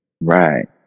Right